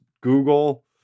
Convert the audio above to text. Google